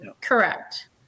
Correct